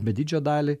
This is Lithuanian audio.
bet didžiąją dalį